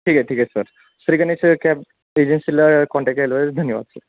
ठीक आहे ठीक आहे सर श्रीगणेश कॅब एजेन्सीला कॉन्टॅक्ट केल्याबद्दल धन्यवाद सर